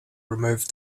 removed